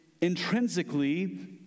intrinsically